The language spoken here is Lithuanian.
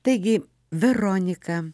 taigi veronika